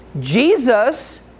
Jesus